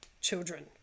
children